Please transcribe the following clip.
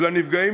ולנפגעים,